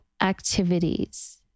activities